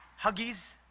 huggies